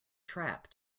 trap